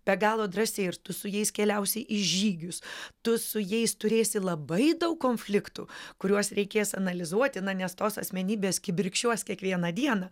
be galo drąsiai ir tu su jais keliausi į žygius tu su jais turėsi labai daug konfliktų kuriuos reikės analizuoti na nes tos asmenybės kibirkščiuos kiekvieną dieną